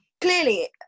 Clearly